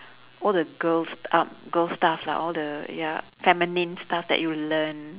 all the girls uh girls stuff lah all the ya feminine stuff that you learn